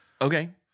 Okay